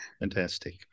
Fantastic